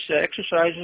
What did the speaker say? exercises